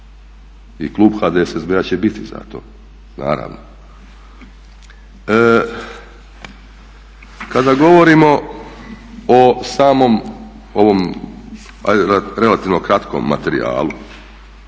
i klub HDSSB-a će biti za to naravno. Kada govorimo o samom ovom ajde relativno kratkom materijalu,